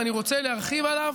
ואני רוצה להרחיב עליו: